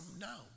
now